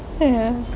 ya